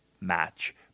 match